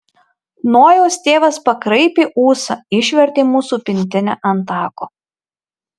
nojaus tėvas pakraipė ūsą išvertė mūsų pintinę ant tako